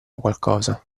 qualcosa